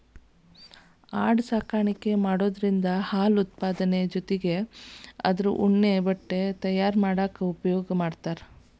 ಆಡು ಸಾಕಾಣಿಕೆ ಮಾಡೋದ್ರಿಂದ ಹಾಲು ಉತ್ಪಾದನೆ ಜೊತಿಗೆ ಅದ್ರ ಉಣ್ಣೆ ಬಟ್ಟೆ ತಯಾರ್ ಮಾಡಾಕ ಉಪಯೋಗ ಮಾಡ್ತಾರ